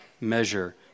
measure